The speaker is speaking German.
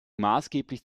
maßgeblich